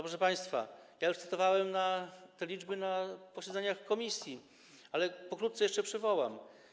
Proszę państwa, już cytowałem te liczby na posiedzeniach komisji, ale pokrótce je przywołam.